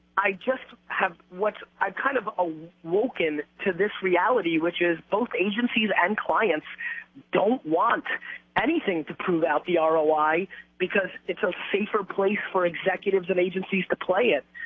i just have what i kind of awoken to this reality, which is, both agencies and clients don't want anything to prove out the ah roi because it's a safer place for executives and agencies to play it.